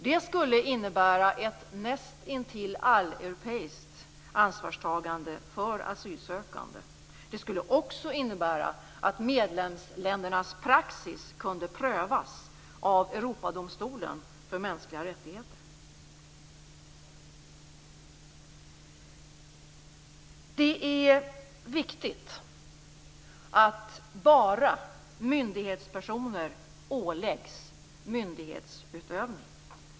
Det skulle innebära ett näst intill alleuropeiskt ansvarstagande för asylsökande. Det skulle också innebära att medlemsländernas praxis kunde prövas av Europadomstolen för mänskliga rättigheter. Det är viktigt att bara myndighetspersoner åläggs myndighetsutövning.